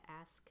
ask